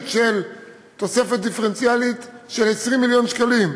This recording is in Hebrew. של תוספת דיפרנציאלית של 20 מיליון שקלים.